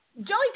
Joey